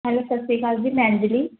hello ਸਤਿ ਸ਼੍ਰੀ ਅਕਾਲ ਜੀ ਮੈਂ ਅੰਜਲੀ